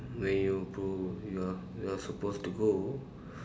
where you go you are you are supposed to go